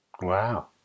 Wow